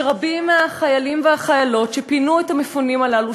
שרבים מהחיילים והחיילות שפינו את המפונים הללו,